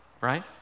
right